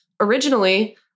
Originally